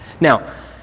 Now